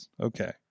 Okay